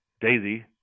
Daisy